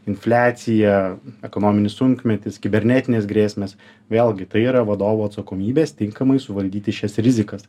infliacija ekonominis sunkmetis kibernetinės grėsmės vėlgi tai yra vadovų atsakomybės tinkamai suvaldyti šias rizikas